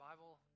Bible